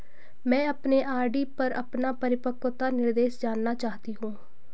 मैं अपने आर.डी पर अपना परिपक्वता निर्देश जानना चाहती हूँ